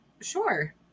Sure